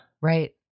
Right